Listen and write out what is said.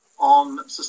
on